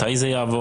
מתי זה יעבור?